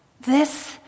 This